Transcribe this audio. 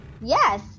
Yes